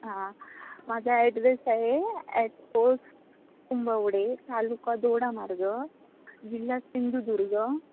हां माझा ॲड्रेस आहे ॲट पोस्ट कुंभवडे तालुका दोडा मार्ग जिल्हा सिंधुदुर्ग